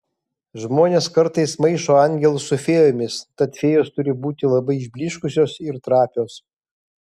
žmonės kartais maišo angelus su fėjomis tad fėjos turi būti labai išblyškusios ir trapios